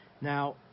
Now